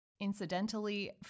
Incidentally